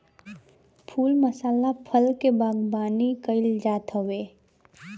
फूल मसाला फल के बागवानी कईल जात हवे